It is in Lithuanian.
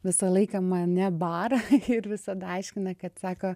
visą laiką mane bara ir visada aiškina kad sako